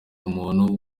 umuntu